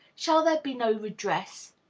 shall there be no redress?